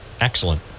Excellent